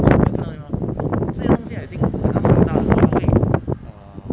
是不是跟他一样 so 这样东西 I think 她长大的时候会 uh